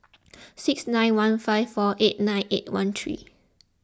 six nine one five four eight nine eight one three